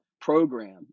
program